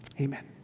amen